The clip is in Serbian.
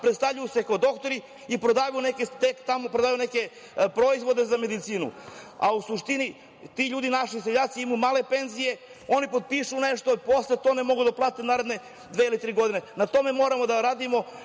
predstavljaju se kao doktori i prodaju tamo neke proizvode za medicinu, a u suštini ti ljudi naši seljaci imaju male penzije, oni potpišu nešto, posle to ne mogu da otplate naredne dve ili tri godine. Na tome moramo da radimo,